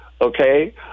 okay